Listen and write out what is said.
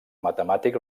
matemàtic